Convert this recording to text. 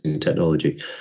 technology